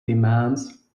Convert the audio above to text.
demands